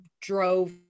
drove